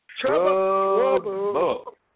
trouble